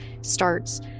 starts